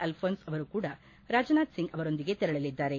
ಅಲ್ರೋನ್ಸ್ ಅವರು ಕೂಡ ರಾಜನಾಥ್ ಸಿಂಗ್ ಅವರೊಂದಿಗೆ ತೆರಳಲಿದ್ದಾರೆ